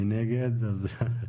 אושר.